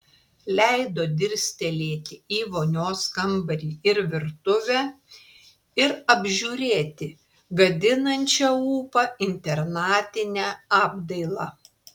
leido dirstelėti į vonios kambarį ir virtuvę ir apžiūrėti gadinančią ūpą internatinę apdailą